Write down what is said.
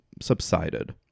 subsided